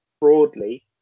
broadly